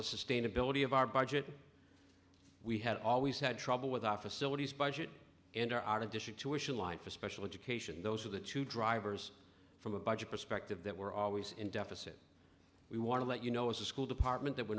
the sustainability of our budget we had always had trouble with our facilities budget and our addition to wish in line for special education those are the two drivers from a budget perspective that we're always in deficit we want to let you know as a school department that we're